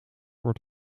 wordt